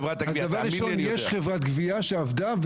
אז דבר ראשון - יש חברת גבייה שעבדה,